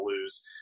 lose